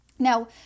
Now